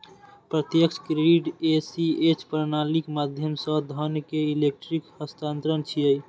प्रत्यक्ष credit ACH प्रणालीक माध्यम सं धन के इलेक्ट्रिक हस्तांतरण छियै